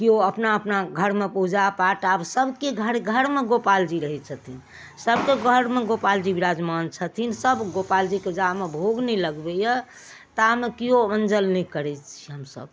केओ अपना अपना घरमे पूजा पाठ आब सभके घर घरमे गोपालजी रहै छथिन सभके घरमे गोपालजी बिराजमान छथिन सभ गोपालजीके जामे भोग नहि लगबै यऽ तामे केओ अन्नजल नहि करै छी हमसभ